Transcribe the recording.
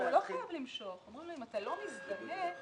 אסכים כי אני יודע מה המשמעות של העניין.